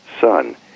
son